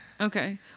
Okay